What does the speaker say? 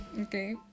okay